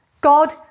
God